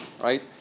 right